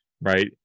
right